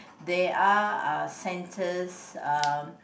they are are centers uh